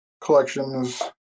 collections